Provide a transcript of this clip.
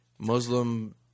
Muslim